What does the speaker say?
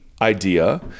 idea